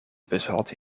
bushalte